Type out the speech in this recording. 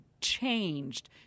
changed